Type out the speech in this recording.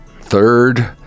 third